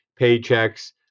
paychecks